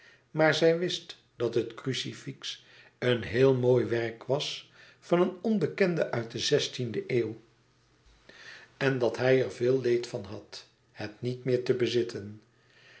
maar zij wist dat het crucifix een heel mooi werk was van een onbekende uit de zestiende eeuw en dat hij er veel leed van had het niet meer te bezitten